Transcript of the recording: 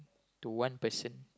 to one person